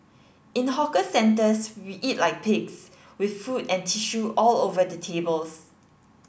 in hawker centres we eat like pigs with food and tissue all over the tables